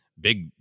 big